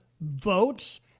votes